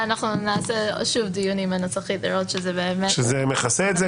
נעשה שוב דיון עם הנסחית לראות --- לראות שזה מכסה את זה.